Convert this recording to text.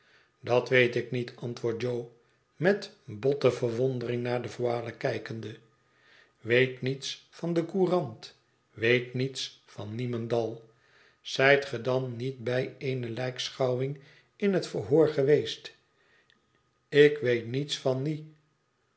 dat weet ik niet antwoordt jo met botte verwondering naar de voile kijkende weet niets van de courant weet niets van niemendal zijt ge dan niet bij eene lijkschouwing in het verhoor geweest ik weet niets van nie